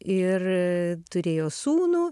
ir turėjo sūnų